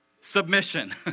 submission